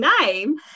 name